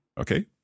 Okay